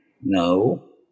no